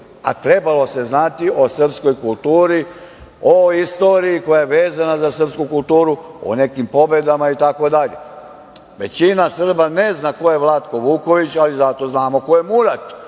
a trebalo se znati o srpskoj kulturi, o istoriji koja je vezana za srpsku kulturu, o nekim pobedama i tako dalje. Većina Srba ne zna ko je Vlatko Vuković, ali zato znamo ko je Murat,